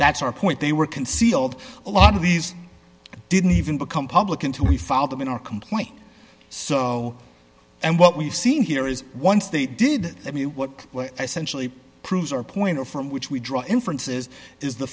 that's our point they were concealed a lot of these didn't even become public until we found them in our complaint so and what we've seen here is once they did that what were essentially proves our point from which we draw inferences is the